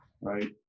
right